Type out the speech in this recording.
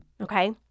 Okay